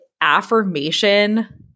affirmation